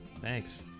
thanks